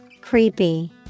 Creepy